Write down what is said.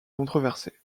controversée